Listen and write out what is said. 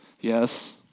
Yes